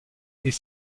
est